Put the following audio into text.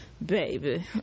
baby